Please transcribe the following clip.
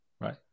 right